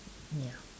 ya